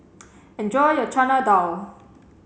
enjoy your Chana Dal